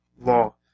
law